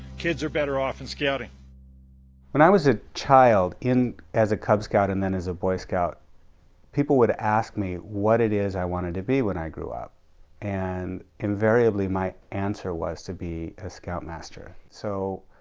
kids are better off in scouting when i was it child in as a cub scout and then as a boy scout people would ask me what it is i wanted to be when i grew up and invariably my answer was to be a scoutmaster so